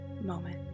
moment